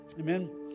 Amen